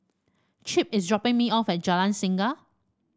Chip is dropping me off at Jalan Singa